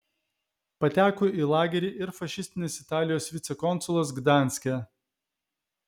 pateko į lagerį ir fašistinės italijos vicekonsulas gdanske